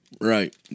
Right